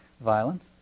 violence